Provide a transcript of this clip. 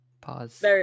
pause